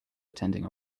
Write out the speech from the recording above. attending